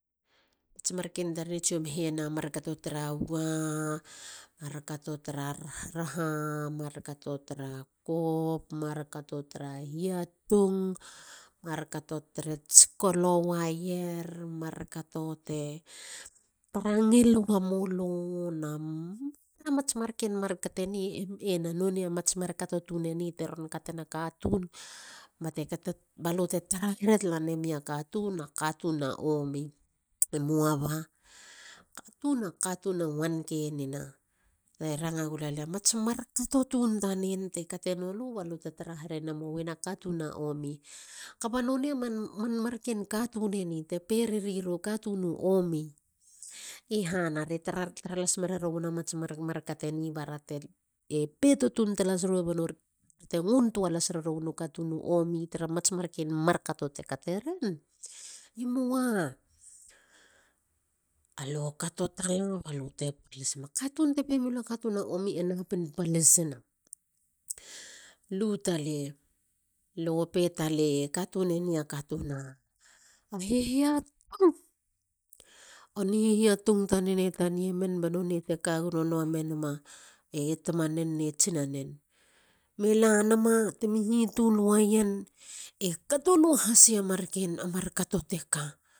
Markato tara wa. markato tara raraha. mar kato tara kop. markato tara hiatung. markato te tskolo waier. mar kato te tara ngil wemulu. nonei a mats mar kateni teron katena katun balute tara heretala namia katun a katun a omi. Emoa ba. a katun e wankenina mats mar kato tun tanen ta kate nolu balute tara herenemowen a katun a omi kuba nonei u man marken katun eni te perira u katun u omi. E hana. re tara las mererowien a mats markate ni? Bara te peto tun talasiro? Banori te nguntoa las rerowien u katun u omi. tara mats marken markato te kuteren. e moa. katun te pemilu a katun a omi e taten palisina. lu talei. le go pe. a katuneni a katun a hihiatung u ni hihiatung tanen e taniemen bate ka gononua mename tamanen ne tsinanen me lanama temi hitul wayen. e kato nuahasena markato teka.